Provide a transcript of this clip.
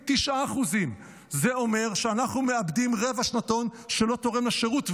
9%. זה אומר שאנחנו מאבדים רבע שנתון שלא תורם לשירות.